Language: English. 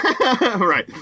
Right